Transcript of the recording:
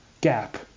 gap